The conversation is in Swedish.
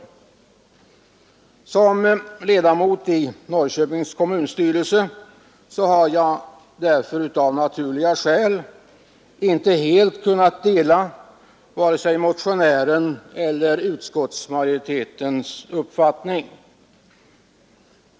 Som ledamot av Norrköpings kommunstyrelse har jag av naturliga skäl inte helt kunnat ansluta mig till vare sig motionärens eller utskottsmajoritetens uppfattning.